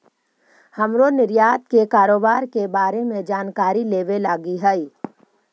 हमरो निर्यात के कारोबार के बारे में जानकारी लेबे लागी हई